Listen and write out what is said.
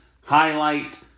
Highlight